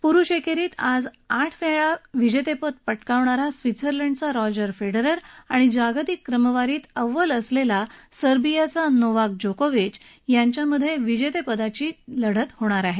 पुरुष एकेरीत आज आठ वेळचा विजेता स्वित्झर्लंडचा रॉजर फेडरर आणि जागतिक क्रमवारीत अव्वल असलेला सर्बियाचा नोवाक जोकोविच यांच्यात विजेतेपदासाठी लढत होणार आहे